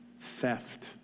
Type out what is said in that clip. theft